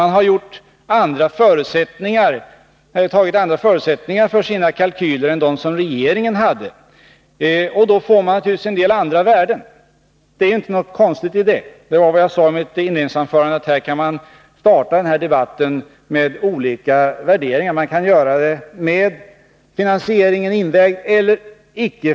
De har använt andra förutsättningar för sina kalkyler än dem som regeringen hade. Då kommer man naturligtvis till andra resultat. Det är inget konstigt med detta. Som jag sade i mitt inledningsanförande kan man starta denna debatt med olika värderingar. Man kan göra det med finansieringen invägd eller inte.